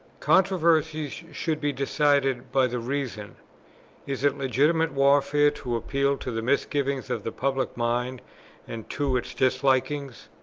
controversies should be decided by the reason is it legitimate warfare to appeal to the misgivings of the public mind and to its dislikings?